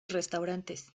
restaurantes